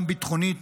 גם ביטחונית,